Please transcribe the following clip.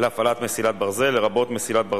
בהתאם למוצע, הפעלת מסילת ברזל מקומית